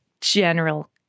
general